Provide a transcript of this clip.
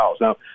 Now